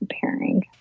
pairing